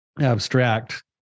abstract